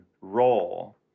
role